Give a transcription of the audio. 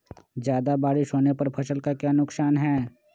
ज्यादा बारिस होने पर फसल का क्या नुकसान है?